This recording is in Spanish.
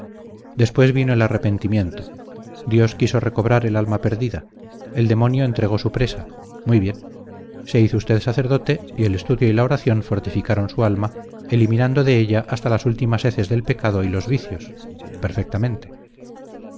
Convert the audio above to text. después vino el arrepentimiento dios quiso recobrar el alma perdida el demonio entregó su presa muy bien se hizo usted sacerdote y el estudio y la oración fortificaron su alma eliminando de ella hasta las últimas heces del pecado y los vicios perfectamente